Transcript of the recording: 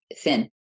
thin